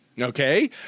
Okay